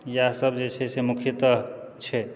इएह सब जे छै से मुख्यतः छै